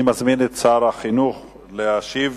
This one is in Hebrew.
אני מזמין את שר החינוך להשיב